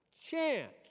chance